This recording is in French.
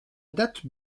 date